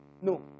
No